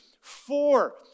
four